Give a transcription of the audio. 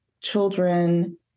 children